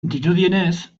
dirudienez